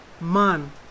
man